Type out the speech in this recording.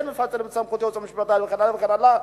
כן מורידים את סמכויות היועץ המשפטי וכן הלאה וכן הלאה.